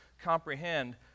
comprehend